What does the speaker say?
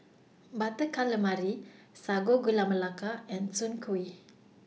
Butter Calamari Sago Gula Melaka and Soon Kueh